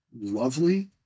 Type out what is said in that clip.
lovely